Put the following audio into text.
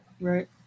right